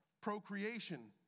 procreation